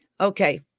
Okay